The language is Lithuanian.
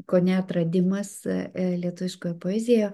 kone atradimas lietuviškoj poezijoje